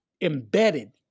embedded